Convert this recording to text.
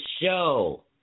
show